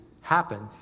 happen